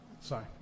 Sorry